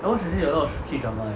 I watch until a lot of K drama eh